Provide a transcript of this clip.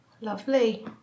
Lovely